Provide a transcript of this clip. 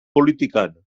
politikan